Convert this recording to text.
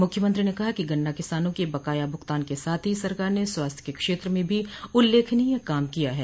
मुख्यमंत्री ने कहा कि गन्ना किसानों के बकाया भुगतान के साथ ही सरकार ने स्वास्थ्य के क्षेत्र में भी उल्लेखनीय काम किया है